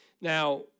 Now